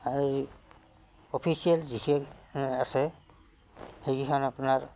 আৰু অফিচিয়েল যিখিনি আছে সেইকেইখন আপোনাৰ